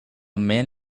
man